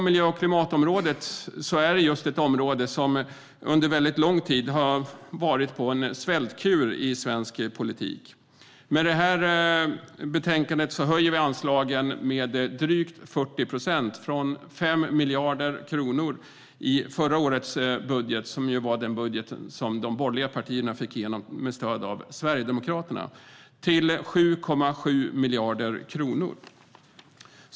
Miljö och klimatområdet är ett område som under lång tid har gått på en svältkur i svensk politik. Med det här betänkandet höjer vi anslagen med drygt 40 procent, från 5 miljarder kronor i förra årets budget, som ju var den budget som de borgerliga partierna fick igenom med stöd av Sverigedemokraterna, till 7,7 miljarder kronor.